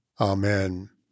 Amen